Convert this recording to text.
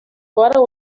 father